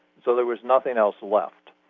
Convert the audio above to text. so there was nothing else left.